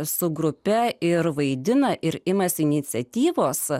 su grupe ir vaidina ir imasi iniciatyvos